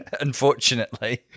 unfortunately